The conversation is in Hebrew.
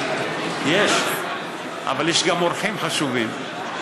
יש, אבל יש גם אורחים חשובים.